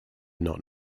not